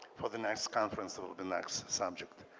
for the next conference that will be next subject.